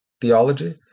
theology